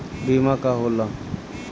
बीमा का होला?